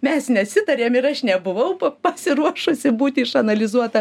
mes nesitarėm ir aš nebuvau pasiruošusi būti išanalizuota